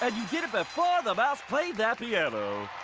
and you did it before the mouse played that piano.